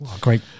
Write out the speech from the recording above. Great